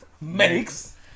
makes